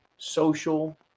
social